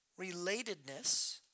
relatedness